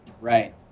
Right